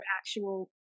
actual